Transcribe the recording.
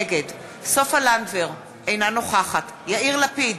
נגד סופה לנדבר, אינה נוכחת יאיר לפיד,